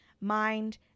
mind